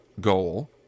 goal